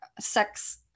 sex